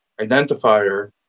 identifier